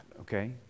okay